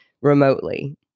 remotely